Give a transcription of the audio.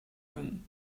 room